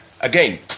again